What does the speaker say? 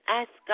ask